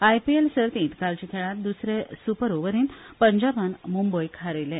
आयपीएल सर्तींत कालच्या खेळांत द्सरे सुपर ओव्हरींत पंजाबान मुंबयक हारयले